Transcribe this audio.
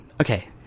Okay